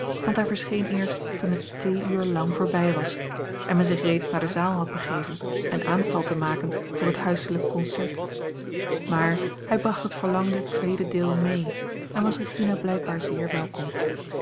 want hij verscheen eerst toen het theeuur lang voorbij was en men zich reeds naar de zaal had begeven en aanstalten maakte voor het huiselijk concert maar hij bracht het verlangde tweede deel mee en was regina blijkbaar zeer welkom